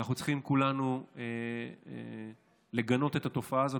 וכולנו צריכים לגנות את התופעה הזאת